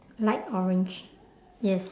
light orange yes